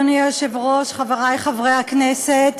אדוני היושב-ראש, חברי חברי הכנסת,